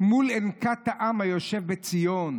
מול אנקת העם היושב בציון.